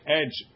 edge